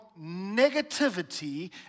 negativity